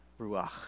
ruach